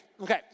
okay